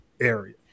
area